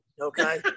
okay